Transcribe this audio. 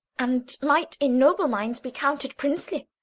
and might in noble minds be counted princely.